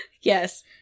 yes